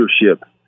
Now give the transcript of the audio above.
leadership